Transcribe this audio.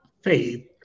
faith